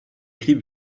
clips